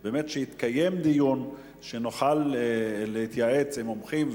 היא באמת שיתקיים דיון שנוכל להתייעץ עם מומחים,